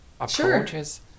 approaches